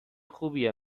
خوبیه